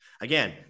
Again